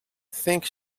think